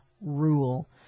rule